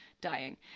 dying